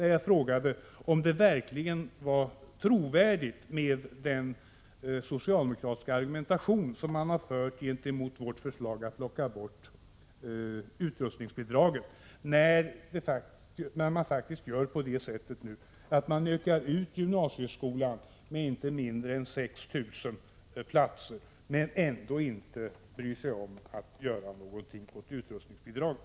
Jag frågade om den socialdemokratiska argumentation man använt gentemot vårt förslag att plocka bort utrustningsbidraget verkligen var trovärdig, när man nu faktiskt ökar ut gymnasieskolan med inte mindre än 6 000 platser men ändå inte bryr sig om att göra någonting åt utrustningsbidraget.